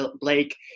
Blake